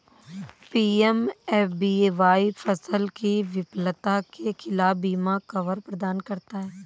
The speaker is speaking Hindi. पी.एम.एफ.बी.वाई फसल की विफलता के खिलाफ बीमा कवर प्रदान करता है